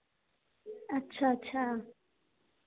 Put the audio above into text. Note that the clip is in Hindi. अच्छा अच्छा